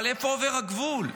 אבל איפה עובר הגבול?